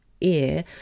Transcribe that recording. ear